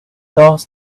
does